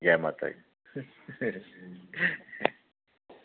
जै माता दी